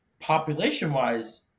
Population-wise